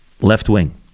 left-wing